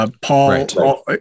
Paul